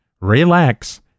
relax